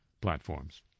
platforms